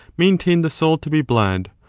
maintain the soul to be blood,